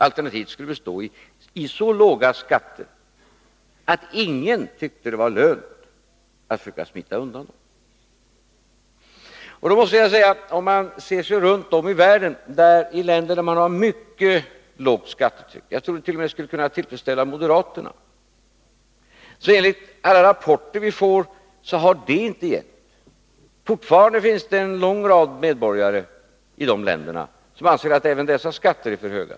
Alternativet skulle bestå i så låga skatter att ingen tyckte det var lönt att försöka smita undan dem. Om man ser sig runt om i världen, i länder där man har ett mycket lågt skattetryck — så lågt att jag tror att det t.o.m. skulle tillfredsställa moderaterna — har det enligt alla rapporter vi får inte gett det resultatet. Fortfarande finns en lång rad medborgare i de länderna som anser att även dessa skatter är för höga.